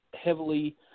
heavily